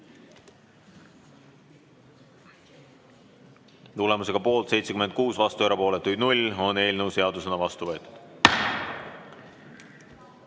Tulemusega poolt 76, vastu ja erapooletuid 0 on eelnõu seadusena vastu võetud.